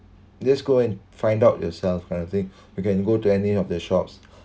just go and find out yourself kind of thing we can go to any of the shops